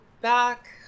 back